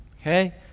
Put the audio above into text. Okay